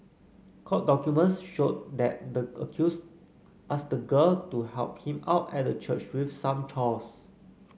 court documents showed that the accused asked the girl to help him out at the church with some chores